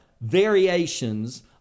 variations